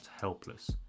helpless